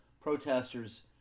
protesters